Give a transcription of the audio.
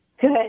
Good